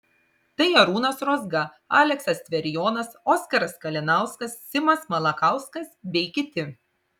tai arūnas rozga aleksas tverijonas oskaras kalinauskas simas malakauskas bei kiti